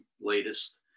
latest